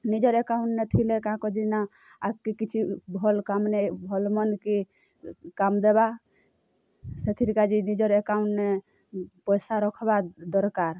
ନିଜର୍ ଏକାଉଣ୍ଟ୍ନେ ଥିଲେ କାଁ କାଜି ନା ଆଗ୍କେ କିଛି ଭଲ୍ କାମ୍ନେ ଭଲ୍ ମନ୍ଦ୍କେ କାମ୍ ଦେବା ସେଥିର୍ କାଜି ନିଜର୍ ଏକାଉଣ୍ଟ୍ନେ ପଏସା ରଖ୍ବା ଦର୍କାର୍